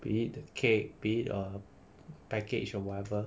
be it the cake be it a package or whatever